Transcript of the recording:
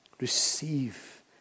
Receive